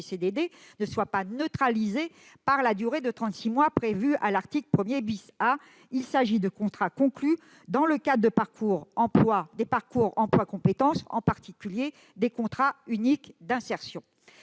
soient neutralisées par la durée de trente-six mois prévue à l'article 1 A. Il s'agit des contrats conclus dans le cadre des parcours emploi compétences, en particulier des contrats uniques d'insertion.